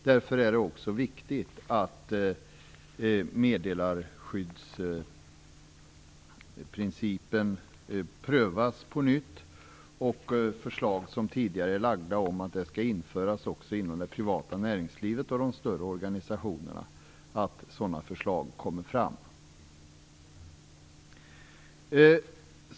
Därför är det viktigt att meddelarskyddsprincipen prövas på nytt och att tidigare framlagda förslag om att den skall införas också i det privata näringslivet och i de större organisationerna tas upp igen.